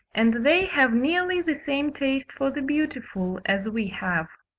and they have nearly the same taste for the beautiful as we have.